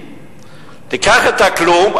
קח את ה"כלום",